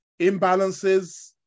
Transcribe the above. Imbalances